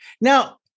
Now